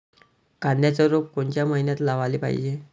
कांद्याचं रोप कोनच्या मइन्यात लावाले पायजे?